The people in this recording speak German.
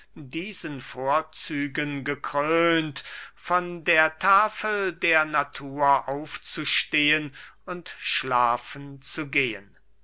diesen vorzügen gekrönt von der tafel der natur aufzustehen und schlafen zu gehen